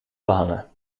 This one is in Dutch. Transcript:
behangen